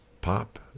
pop